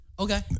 Okay